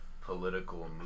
political